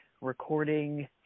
recording